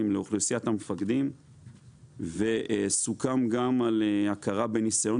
לאוכלוסיית המפקדים וסוכם גם על הכרה בנסיון